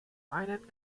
einen